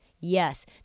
Yes